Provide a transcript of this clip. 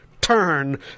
turn